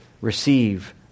receive